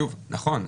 שוב, נכון.